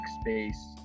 space